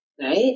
right